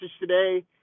today